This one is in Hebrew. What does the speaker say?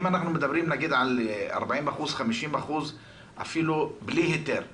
אם אנחנו מדברים על 40%-50% בלי היתר -- לא,